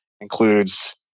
includes